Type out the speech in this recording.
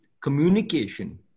Communication